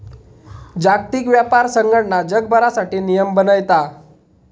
जागतिक व्यापार संघटना जगभरासाठी नियम बनयता